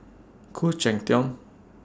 Khoo Cheng Tiong